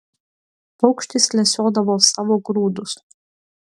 paukštis lesiodavo savo grūdus